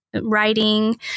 writing